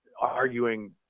arguing